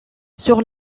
sur